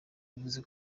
bivuze